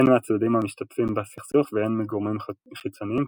הן מהצדדים המשתתפים בסכסוך והן מגורמים חיצוניים,